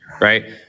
right